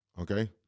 okay